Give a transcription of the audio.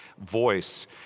voice